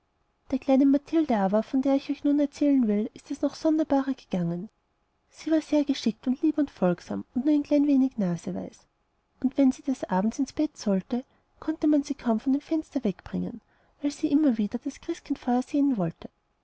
der kleinen mathilde aber von der ich euch nun erzählen will ist es noch sonderbarer ergangen sie war sehr geschickt und lieb und folgsam nur ein klein wenig naseweis und wenn sie des abends ins bett sollte konnte man sie kaum von dem fenster wegbringen weil sie immer wieder das christkindfeuer sehen wollte